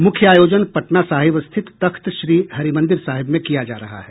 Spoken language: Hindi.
मुख्य आयोजन पटना साहिब स्थित तख्तश्री हरिमंदिर साहिब में किया जा रहा है